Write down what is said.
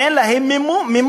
אין להן מימון,